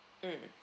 mm